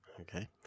Okay